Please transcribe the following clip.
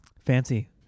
fancy